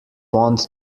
want